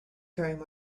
faring